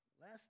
last